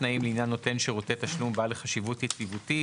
תנאים לעניין נותן שירותי תשלום בעל חשיבות יציבותית".